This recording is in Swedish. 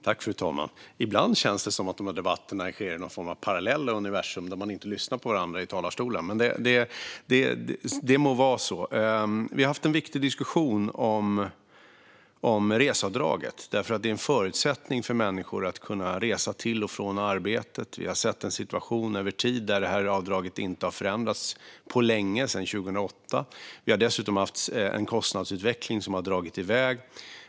Fru talman! Ibland känns det som att de här debatterna sker i någon form av parallella universum där man inte lyssnar på varandra i talarstolen. Det må vara så. Vi har haft en viktig diskussion om reseavdraget, som är en förutsättning för att människor ska kunna resa till och från arbetet. Avdraget har inte förändrats på länge, inte sedan 2008. Vi har dessutom haft en kostnadsutveckling som dragit iväg.